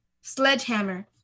Sledgehammer